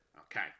Okay